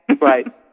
right